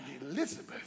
Elizabeth